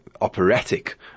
operatic